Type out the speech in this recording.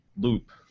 loop